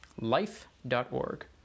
life.org